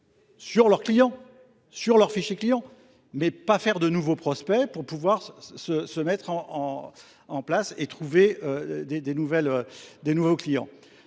sur leurs clients, sur leurs fichiers clients, mais pas faire de nouveaux prospects pour pouvoir se mettre en place et trouver des nouveaux clients.